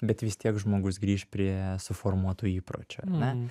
bet vis tiek žmogus grįš prie suformuotų įpročių ar ne